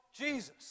Jesus